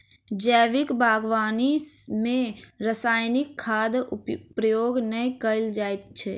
जैविक बागवानी मे रासायनिक खादक प्रयोग नै कयल जाइत छै